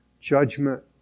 Judgment